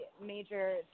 major